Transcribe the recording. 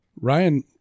Ryan